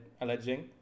alleging